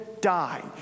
die